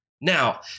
Now